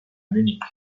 munich